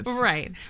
Right